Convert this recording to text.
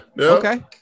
Okay